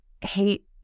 hate